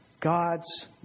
God's